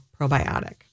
probiotic